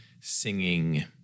singing